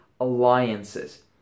alliances